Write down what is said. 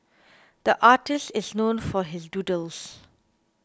the artist is known for his doodles